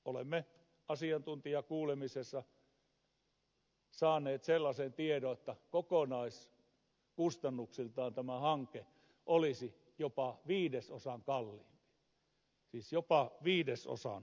olemme asiantuntijakuulemisessa saaneet sellaisen tiedon että jos tällä tavalla jatketaan niin kokonaiskustannuksiltaan tämä hanke olisi jopa viidesosan kalliimpi siis jopa viidesosan kalliimpi